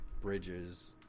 bridges